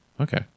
okay